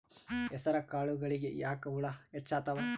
ಹೆಸರ ಕಾಳುಗಳಿಗಿ ಯಾಕ ಹುಳ ಹೆಚ್ಚಾತವ?